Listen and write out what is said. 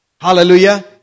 Hallelujah